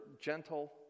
gentle